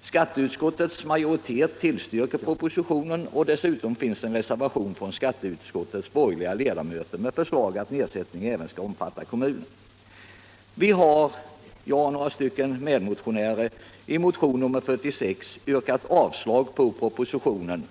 Skatteutskottets majoritet tillstyrker propositionen, och det finns en reservation från skatteutskottets borgerliga ledamöter — Den allmänna med förslag att nedsättningen även skall omfatta kommuner. arbetsgivaravgiften I motionen 1975/76:46 har jag och några medmotionärer yrkat avslag inom det inre på propositionen.